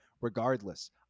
regardless